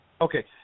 Okay